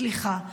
סליחה,